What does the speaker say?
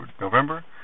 November